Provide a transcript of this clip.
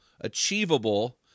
achievable